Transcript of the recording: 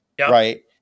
right